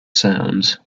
sounds